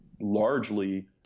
largely